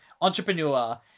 entrepreneur